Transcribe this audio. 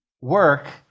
work